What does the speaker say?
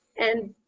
and